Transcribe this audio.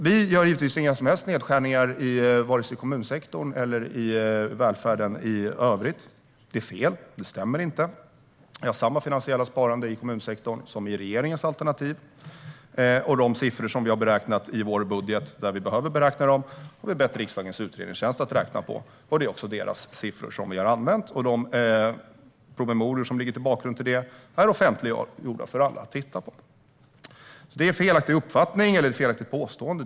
Vi gör givetvis inga som helst nedskärningar i vare sig kommunsektorn eller välfärden i övrigt. Att säga att vi gör det är fel. Det stämmer inte. Vi har samma finansiella sparande i kommunsektorn som regeringen har i sitt alternativ. Siffrorna i vår budget har vi bett riksdagens utredningstjänst att räkna på. Det är också RUT:s siffror vi har använt, och de promemorior som ligger till grund för detta är offentliggjorda för alla att titta på. Det är alltså en felaktig uppfattning eller ett felaktigt påstående.